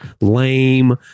lame